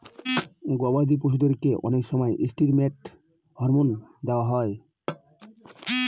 গবাদি পশুদেরকে অনেক সময় ষ্টিরয়েড হরমোন দেওয়া হয়